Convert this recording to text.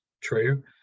true